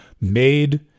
made